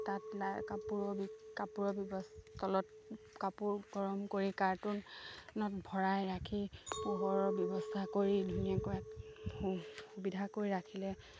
তাত লাই কাপোৰৰ কাপোৰৰ ব্যৱস্থা তলত কাপোৰ গৰম কৰি কাৰ্টুনত ভৰাই ৰাখি পোহৰৰ ব্যৱস্থা কৰি ধুনীয়াকৈ সুবিধা কৰি ৰাখিলে